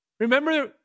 remember